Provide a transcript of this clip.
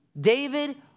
David